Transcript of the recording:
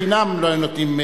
חינם לא היו נותנים,